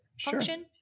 function